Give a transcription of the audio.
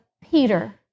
Peter